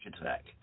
attack